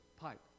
pipe